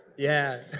yeah.